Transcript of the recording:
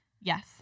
Yes